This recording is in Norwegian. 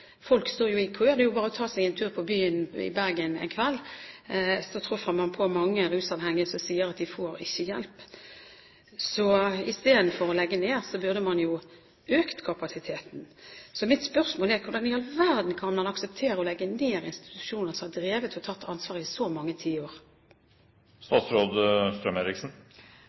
Folk står jo i kø. Det er bare å ta seg en tur på byen i Bergen en kveld, så treffer man på mange rusavhengige som sier at de ikke får hjelp. Så istedenfor å legge ned burde man øke kapasiteten. Mitt spørsmål er: Hvordan i all verden kan man akseptere å legge ned institusjoner som har drevet og tatt ansvar i så mange tiår?